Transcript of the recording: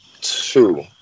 two